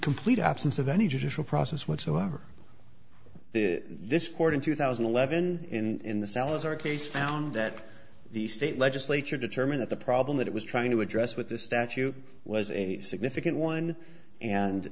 complete absence of any judicial process whatsoever this court in two thousand and eleven in the salazar case found that the state legislature determined that the problem that it was trying to address with the statute was a significant one and